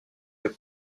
your